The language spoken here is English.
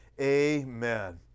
amen